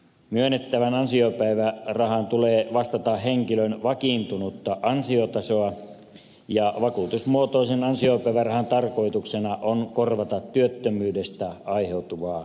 myönnettävän ansiopäivärahan tulee vastata henkilön vakiintunutta ansiotasoa ja vakuutusmuotoisen ansiopäivärahan tarkoituksena on korvata työttömyydestä aiheutuvaa ansionmenetystä